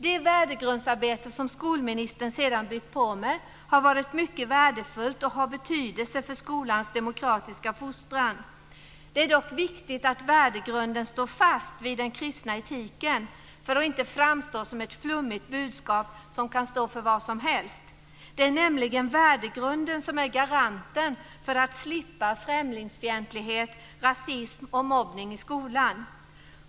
Det värdegrundsarbete som skolministern sedan byggt på med har varit mycket värdefullt och har betydelse för skolans demokratiska fostran. Det är dock viktigt att värdegrunden står fast vid den kristna etiken för att inte framstå som ett flummigt budskap som kan stå för vad som helst. Det är nämligen värdegrunden som är garanten för att man ska slippa främlingsfientlighet, rasism och mobbning i skolan.